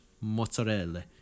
mozzarella